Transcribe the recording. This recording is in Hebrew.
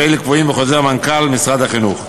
ואלה קבועים בחוזר מנכ"ל משרד החינוך.